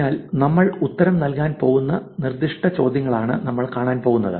അതിനാൽ നമ്മൾ ഉത്തരം നൽകാൻ പോകുന്ന നിർദ്ദിഷ്ട ചോദ്യങ്ങളാണ് നമ്മൾ കാണാൻ പോകുന്നത്